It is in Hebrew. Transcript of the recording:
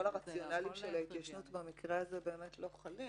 כל הרציונלים של ההתיישנות במקרה הזה לא חלים.